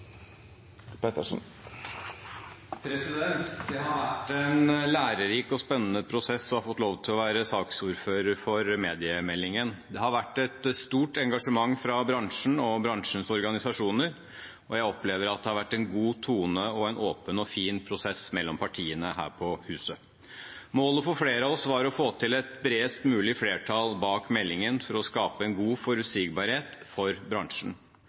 vedteke. Det har vært en lærerik og spennende prosess å ha fått lov til å være saksordfører for mediemeldingen. Det har vært et stort engasjement fra bransjen og bransjens organisasjoner, og jeg opplever at det har vært en god tone og en åpen og fin prosess mellom partiene her på huset. Målet for flere av oss var å få til et bredest mulig flertall bak meldingen for å skape en god forutsigbarhet for bransjen.